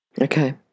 Okay